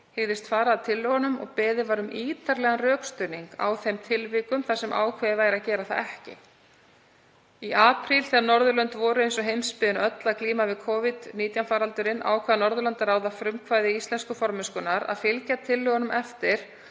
hygðust fara að tillögunum og beðið var um ítarlegan rökstuðning í þeim tilvikum þar sem ákveðið væri að gera það ekki. Í apríl þegar Norðurlönd voru, eins og heimsbyggðin öll, að glíma við Covid-19 faraldurinn ákvað Norðurlandaráð að frumkvæði íslensku formennskunnar að fylgja tillögunum eftir